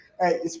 Hey